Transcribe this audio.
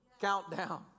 countdown